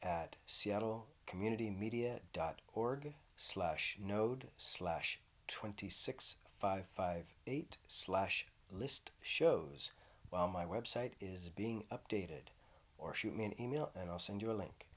at seattle community media dot org slash node slash twenty six five five eight slash list shows my website is being updated or shoot me an email and i'll send you a link